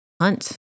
hunt